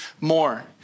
more